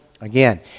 Again